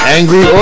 Angry